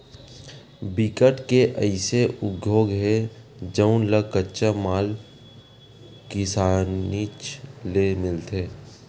बिकट के अइसे उद्योग हे जउन ल कच्चा माल किसानीच ले मिलथे